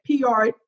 PR